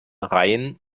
reihen